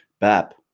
bap